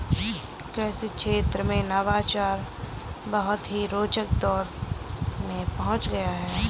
कृषि क्षेत्र में नवाचार बहुत ही रोचक दौर में पहुंच गया है